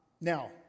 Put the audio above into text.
Now